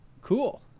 Cool